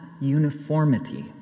uniformity